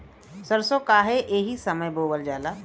सरसो काहे एही समय बोवल जाला?